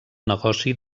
negoci